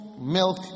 milk